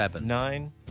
nine